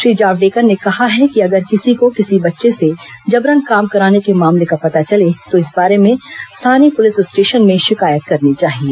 श्री जावड़ेकर ने कहा है कि अगर किसी को किसी बच्चे से जबरन काम कराने के मामले का पता चले तो इस बारे में स्थानीय पुलिस स्टेशन में शिकायत करनी चाहिए